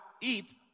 eat